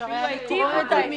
גם נציב הפליטים.